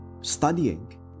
studying